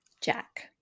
Jack